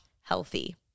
healthy